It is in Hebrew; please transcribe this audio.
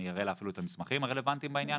אני אפילו אראה לה אפילו את המסמכים הרלוונטיים בעניין,